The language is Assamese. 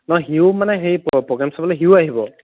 নহয় সিও মানে হেৰি প পগেম চাবলৈ সিও আহিব